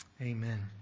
Amen